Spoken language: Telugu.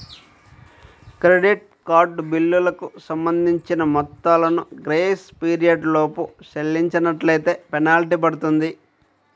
క్రెడిట్ కార్డు బిల్లులకు సంబంధించిన మొత్తాలను గ్రేస్ పీరియడ్ లోపు చెల్లించనట్లైతే ఫెనాల్టీ పడుతుంది